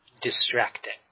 distracting